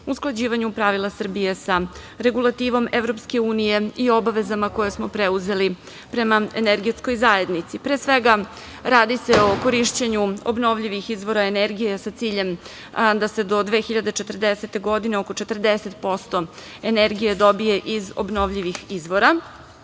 usklađivanju pravila Srbije sa regulativom EU i obavezama koje smo preuzeli prema Energetskoj zajednici. Pre svega, radi se o korišćenju obnovljivih izvora energije sa ciljem da se do 2040. godine oko 40% energije dobije iz obnovljivih izvora.